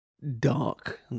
Dark